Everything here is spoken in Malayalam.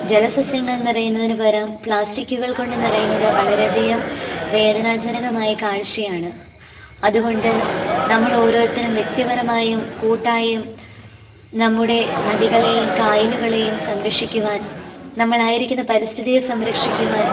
ജലസസ്യങ്ങൾ നിറയുന്നതിന് പകരം പ്ലാസ്റ്റിക്ക്കൾ കൊണ്ട് നിറയുന്നതിന് വളരെയധികം വേദനാജനകമായ കാഴ്ച്ചയാണ് അത്കൊണ്ട് നമ്മളോരോര്ത്തരും വ്യക്തിപരമായും കൂട്ടായും നമ്മുടെ നദികളേയും കായലുകളേയും സംരക്ഷിക്കുവാൻ നമ്മളായിരിക്കുന്ന പരിസ്ഥിതിയെ സംരക്ഷിക്കുവാൻ